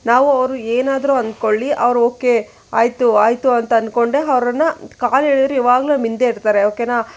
ನಾವು ಅವರು ಏನಾದರೂ ಅನ್ಕೊಳ್ಳಿ ಅವ್ರು ಓಕೆ ಆಯಿತು ಆಯಿತು ಅಂತ ಅನ್ಕೊಂಡೇ ಅವರನ್ನ ಕಾಲು ಎಳಿಯವ್ರು ಯಾವಾಗಲೂ ನಮ್ಮ ಹಿಂದೆ ಇರ್ತಾರೆ ಓಕೆನಾ